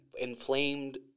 inflamed